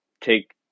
take